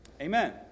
Amen